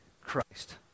Christ